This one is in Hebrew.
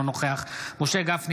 אינו נוכח משה גפני,